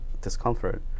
discomfort